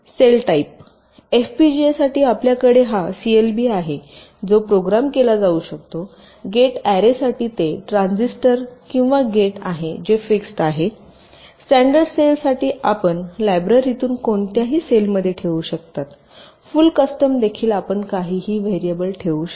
cell type FPGA साठी आपल्याकडे हा सीएलबी आहे जो प्रोग्राम केला जाऊ शकतो गेट अॅरे साठी ते ट्रान्झिस्टर किंवा गेट आहे जे फिक्स्ड केले आहे स्टॅंडर्ड सेल साठी आपण लायब्ररीतून कोणत्याही सेलमध्ये ठेवू शकता फुल कस्टम देखील आपण काहीही व्हॅरिएबल ठेवू शकता